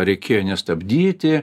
reikėjo nestabdyti